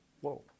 whoa